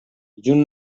junt